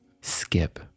skip